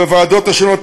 בוועדות השונות,